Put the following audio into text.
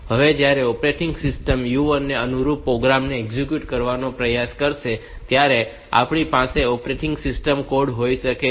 હવે જ્યારે operating system u1 ને અનુરૂપ પ્રોગ્રામ ને એક્ઝિક્યુટ કરવાનો પ્રયાસ કરશે ત્યારે આપણી પાસે અહીં ઓપરેટિંગ સિસ્ટમ કોડ હોઈ શકે છે